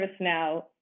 ServiceNow